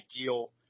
ideal